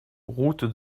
route